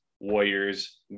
warriors